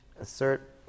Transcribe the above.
assert